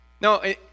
No